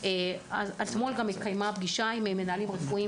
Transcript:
אתמול התקיימה פגישה עם מנהלים רפואיים